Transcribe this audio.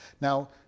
Now